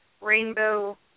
rainbow